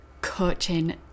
coaching